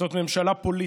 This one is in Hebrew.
זאת ממשלה פוליטית.